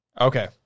Okay